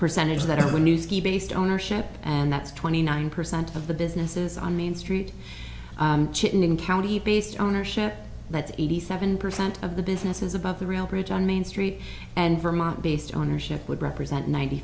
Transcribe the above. percentage that of a new scheme based ownership and that's twenty nine percent of the businesses on main street chittenden county based ownership that's eighty seven percent of the business is about the real bridge on main street and vermont based on our ship would represent ninety